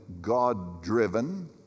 God-driven